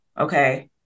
Okay